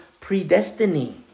predestiny